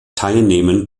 teilnehmen